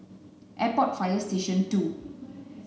Airport Fire Station two